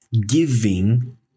giving